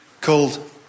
called